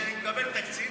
שמקבל תקציב,